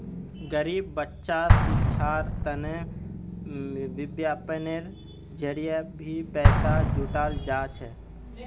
गरीब बच्चार शिक्षार तने विज्ञापनेर जरिये भी पैसा जुटाल जा छेक